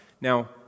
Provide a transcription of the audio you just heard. Now